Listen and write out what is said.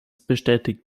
bestätigt